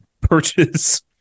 purchase